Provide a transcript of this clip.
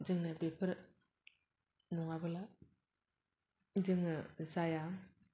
जोंनो बेफोर नङाब्ला जेबो जाया